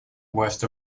west